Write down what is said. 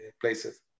places